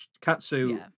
katsu